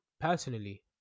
personally